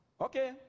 Okay